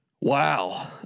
Wow